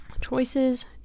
Choices